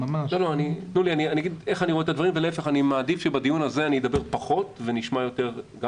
ואני מעדיף שבדיון הזה אדבר פחות ונשמע יותר גם